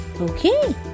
Okay